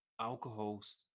alcohols